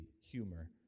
humor